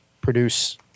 produce